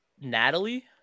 Natalie